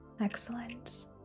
Excellent